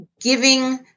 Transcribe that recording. giving